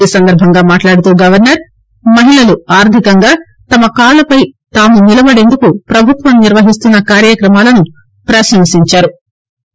ఈ సందర్భంగా మాట్లాడుతూ గవర్నర్ మహిళలు ఆర్దికంగా తమ కాళ్లపై నిలబడేందుకు ప్రభుత్వం నిర్వహిస్తున్న కార్యక్రమాలను ప్రశంసించారు